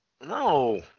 No